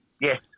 Yes